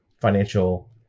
financial